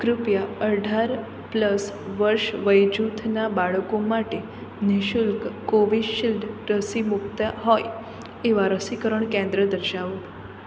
કૃપયા અઢાર પ્લસ વર્ષ વયજૂથનાં બાળકો માટે નિઃશુલ્ક કોવિશીલ્ડ રસી મૂકતાં હોય એવાં રસીકરણ કેન્દ્ર દર્શાવો